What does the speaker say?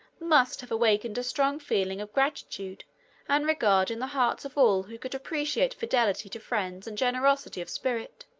must have awakened a strong feeling of gratitude and regard in the hearts of all who could appreciate fidelity to friends and generosity of spirit.